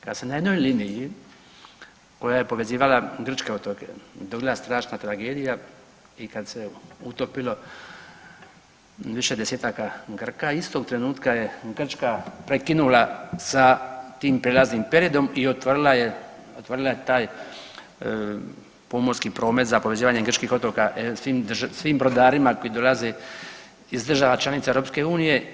Kada se na jednoj liniji koja je povezivala grčke otoke dogodila strašna tragedija i kada se utopilo više desetaka Grka istog trenutka je Grčka prekinula sa tim prijelaznim periodom i otvorila je taj pomorski promet za povezivanje grčih otoka svim brodarima koji dolaze iz država članica EU.